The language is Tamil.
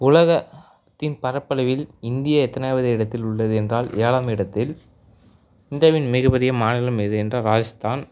உலகத்தின் பரப்பளப்பில் இந்தியா எத்தனாவது இடத்தில் உள்ளது என்றால் ஏழாம் இடத்தில் இந்தியாவின் மிகப்பெரிய மாநிலம் எது என்றால் ராஜஸ்தான்